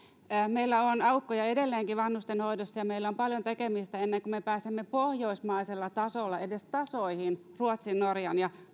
meillä on aukkoja edelleenkin vanhustenhoidossa ja meillä on paljon tekemistä ennen kuin me pääsemme pohjoismaisella tasolla edes tasoihin ruotsin norjan ja